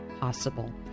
possible